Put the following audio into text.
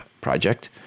project